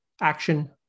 action